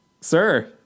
Sir